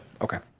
okay